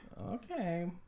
Okay